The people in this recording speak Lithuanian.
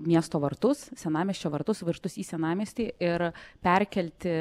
miesto vartus senamiesčio vartus vartus į senamiestį ir perkelti